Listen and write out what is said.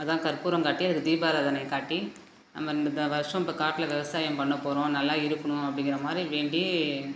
அதுதான் கற்பூரம் காட்டி அதுக்கு தீபாராதனை காட்டி நம்ம இந்த இந்த வருஷோம் காட்டில் விவசாயம் பண்ண போகிறோம் நல்லா இருக்கணும் அப்படிங்கிற மாதிரி வேண்டி